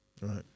right